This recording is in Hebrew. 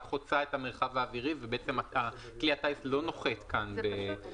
חוצה את המרחב האווירי וכלי הטיס לא נוחת בישראל.